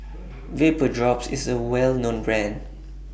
Vapodrops IS A Well known Brand